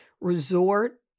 resort